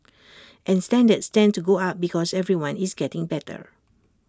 and standards tend to go up because everyone is getting better